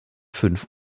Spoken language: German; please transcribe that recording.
fünf